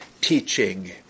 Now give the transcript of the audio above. teaching